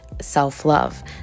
self-love